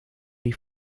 die